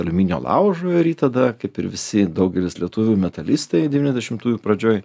aliuminio laužo ir jį tada kaip ir visi daugelis lietuvių metalistai devyniasdešimtųjų pradžioje